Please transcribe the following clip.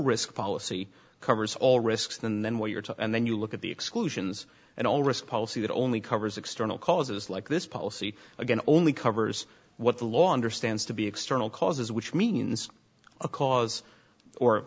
risk policy covers all risks and then what you're taught and then you look at the exclusions and all risk policy that only covers external causes like this policy again only covers what the law understands to be external causes which means a cause or